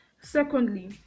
secondly